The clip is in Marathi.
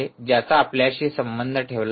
ज्याचा आपल्याशी संबंध ठेवला आहे